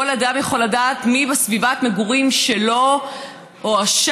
כל אדם יכול לדעת מי בסביבת המגורים שלו הואשם,